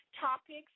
topics